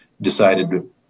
decided